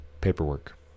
paperwork